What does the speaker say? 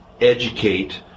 educate